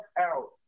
out